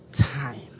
time